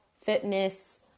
fitness